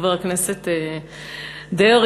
חבר הכנסת דרעי,